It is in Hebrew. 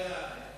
היתה אפליה.